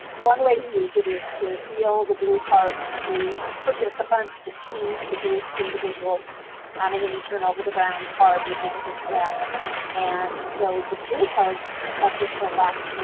one way to use it is to deal the blue cards to participants, to teams, to groups, to individuals um and then you turn over the brown card which is the threat and those with the blue cards each have to select, you